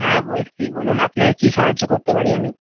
হ্যাঁ বলছি বলুন আপনাকে কী সাহায্য করতে পারি আমি